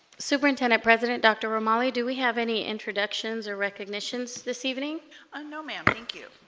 superintendent president dr. o'malley do we have any introductions or recognitions this evening ah no ma'am thank you